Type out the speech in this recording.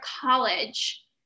college